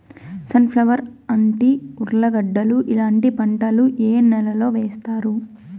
Sun flower, అంటి, ఉర్లగడ్డలు ఇలాంటి పంటలు ఏ నెలలో వేస్తారు?